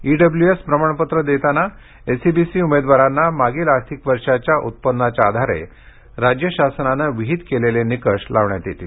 EWS प्रमाणपत्र देतांना SEBC उमेदवारांना मागील आर्थिक वर्षाच्या उत्पन्नाच्या आधारे राज्य शासनाने विहीत केलेले निकष लावण्यात येतील